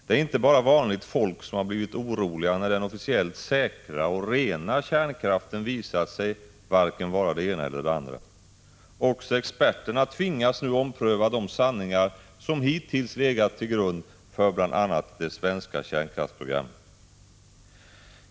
Det är inte bara vanligt folk som har blivit oroliga när den officiellt säkra och rena kärnkraften visat sig vara varken det ena eller det andra. Också experterna tvingas nu ompröva de sanningar som hittills legat till grund för bl.a. det svenska kärnkraftsprogrammet.